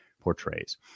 portrays